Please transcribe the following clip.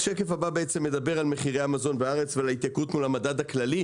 השקף הזה מדבר על מחירי המזון בארץ ועל ההתייקרות מול המדד הכללי.